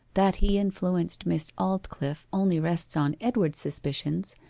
that he influenced miss aldclyffe only rests on edward's suspicions,